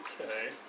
Okay